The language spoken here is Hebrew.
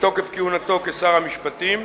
בתוקף כהונתו כשר המשפטים,